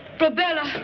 florbella!